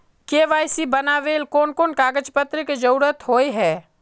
KYC बनावेल कोन कोन कागज पत्र की जरूरत होय है?